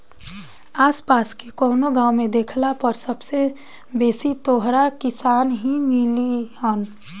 आस पास के कवनो गाँव में देखला पर सबसे बेसी तोहरा किसान ही मिलिहन